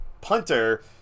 punter